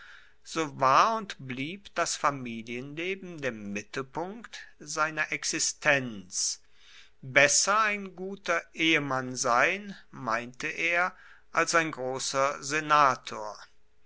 so war und blieb das familienleben der mittelpunkt seiner existenz besser ein guter ehemann sein meinte er als ein grosser senator